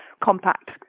Compact